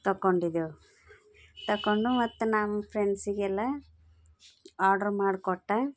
ತಗೊಂಡಿದೆವ್ ತಗೊಂಡು ಮತ್ತು ನಮ್ಮ ಫ್ರೆಂಡ್ಸಿಗೆಲ್ಲ ಆಡ್ರ್ ಮಾಡಿಕೊಟ್ಟೆ